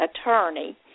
attorney